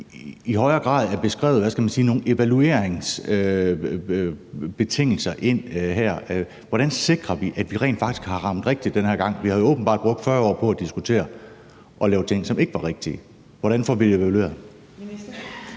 hvad skal man sige, nogle evalueringsbetingelser ind her. Hvordan sikrer vi, at vi rent faktisk har ramt rigtigt den her gang? Vi har jo åbenbart brugt 40 år på at diskutere det og lave ting, som ikke var rigtige. Hvordan får vi det evalueret?